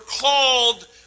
called